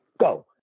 Go